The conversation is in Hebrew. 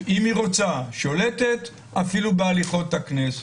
אם היא רוצה שולטת אפילו בהליכות הכנסת.